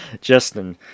Justin